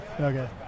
Okay